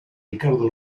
ricardo